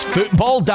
Football